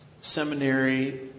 seminary